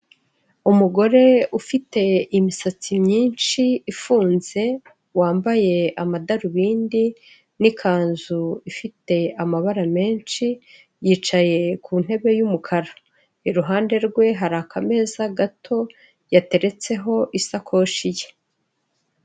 Umugore ufite imisatsi myinshi ifunze, wambaye amadarubindi n'ikanzu ifite amabara menshi, yicaye ku ntebe y'umukara. Iruhande rwe hari akameza gato yateretseho isakoshi ye.